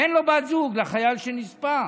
אין לו בת זוג לחייל שנספה,